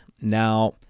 Now